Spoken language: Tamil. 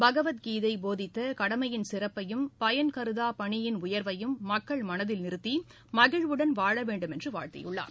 பகவத் கீதை போதித்த கடமையின் சிறப்பையும் பயன் கருதாப் பணியின் உயர்வையும் மக்கள் மனதில் நிறுத்தி மகிழ்வுடன் வாழ வேண்டும் என்று வாழ்த்தியுள்ளார்